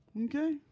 Okay